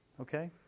Okay